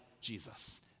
Jesus